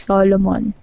Solomon